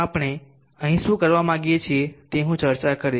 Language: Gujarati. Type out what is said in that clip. આપણે અહીં શું કરવા માંગીએ છીએ તે હું ચર્ચા કરીશ